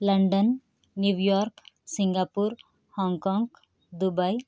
London New York Singapore Hong Kong Dubai